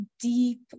deep